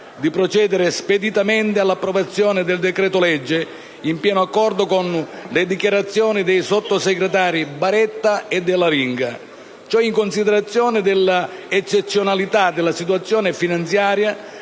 di procedere speditamente all'approvazione del decreto-legge, in pieno accordo con le dichiarazioni dei sottosegretari Baretta e Dell'Aringa; ciò in considerazione dell'eccezionalità della situazione finanziaria